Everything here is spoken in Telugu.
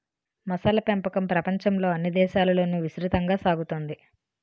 మొసళ్ళ పెంపకం ప్రపంచంలోని అన్ని దేశాలలోనూ విస్తృతంగా సాగుతోంది